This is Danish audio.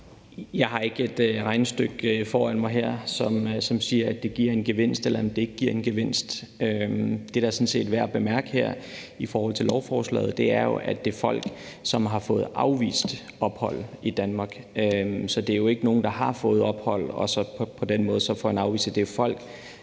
Jeg har ikke et regnestykke foran mig her, som siger, at det giver en gevinst, eller at det ikke giver en gevinst. Det, der sådan set er værd at bemærke her i forhold til lovforslaget, er jo, at det er folk, som har fået afvist ophold i Danmark. Så det er jo ikke nogen, der har fået ophold og så på den måde får en afvisning af det. Det er folk,